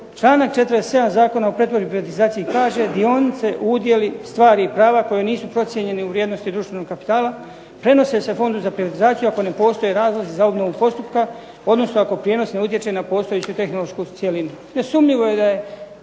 članak 47. Zakona o pretvorbi i privatizaciji kaže dionice, udjeli, stvari i prava koji nisu procijenjeni u vrijednosti društvenog kapitala prenose se Fondu za privatizaciju ako ne postoje razlozi za obnovu postupka, odnosno ako prijenos ne utječe na postojeću tehnološku cjelinu.